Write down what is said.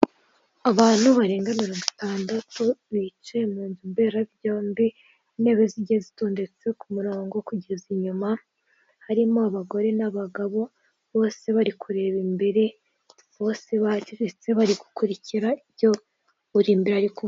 Abantu barenga mirongo itandatu, bicaye mu nzu mberabyombi, intebe zigiye zitondetse ku murongo kugeza inyuma, harimo abagore n'abagabo, bose bari kureba imbere, bose bacecetse bari gukurikira ibyo uw'imbere ari kuvuga.